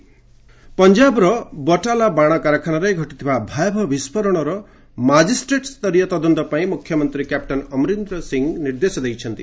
Punjab fire ପଞ୍ଜାବର ବଟାଲା ବାଣ କାରଖାନାରେ ଘଟିଥିବା ଭୟାବହ ବିସ୍ଫୋରଣର ମାଜିଷ୍ଟ୍ରେଟ୍ ସ୍ତରୀୟ ତଦନ୍ତ ପାଇଁ ମୁଖ୍ୟମନ୍ତ୍ରୀ କ୍ୟାପ୍ଟେନ ଅମରିନ୍ଦ୍ର ସିଂ ନିର୍ଦ୍ଦେଶ ଦେଇଛନ୍ତି